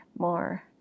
More